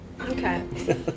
Okay